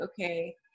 okay